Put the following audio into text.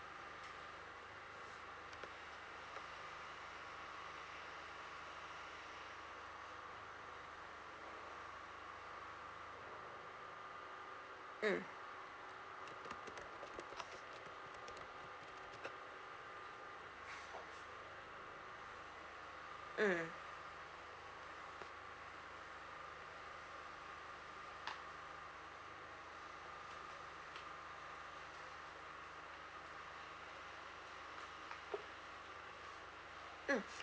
mm mm mm